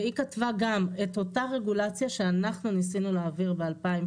והיא כתבה גם את אותה רגולציה שאנחנו ניסינו להעביר ב-2016,